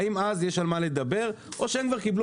האם אז יש על מה לדבר או שהם כבר קיבלו